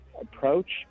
approach